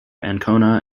ancona